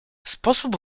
sposób